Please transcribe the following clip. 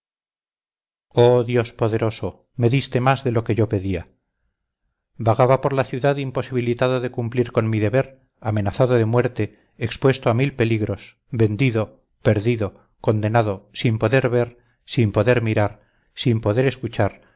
oh dios poderoso me diste más de lo que yo pedía vagaba por la ciudad imposibilitado de cumplir con mi deber amenazado de muerte expuesto a mil peligros vendido perdido condenado sin poder ver sin poder mirar sin poder escuchar